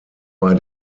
bei